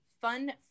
fun